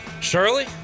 Shirley